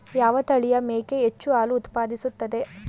ಯಾವ ತಳಿಯ ಮೇಕೆ ಹೆಚ್ಚು ಹಾಲು ಉತ್ಪಾದಿಸುತ್ತದೆ?